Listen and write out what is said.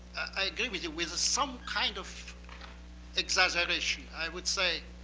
i agree with you, with some kind of exaggeration. i would say,